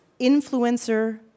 Influencer